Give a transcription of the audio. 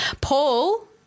Paul